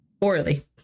poorly